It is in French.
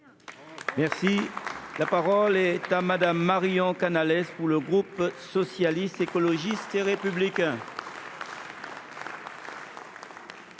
La parole est à Mme Marion Canalès, pour le groupe Socialiste, Écologiste et Républicain.